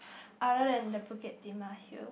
other than the Bukit-Timah hill